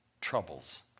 troubles